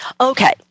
Okay